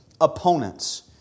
opponents